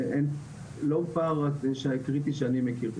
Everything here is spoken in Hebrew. אין פער קריטי שאני מכיר.